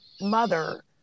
mother